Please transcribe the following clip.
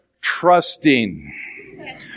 trusting